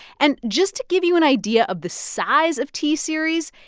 and just to give you an idea of the size of t-series,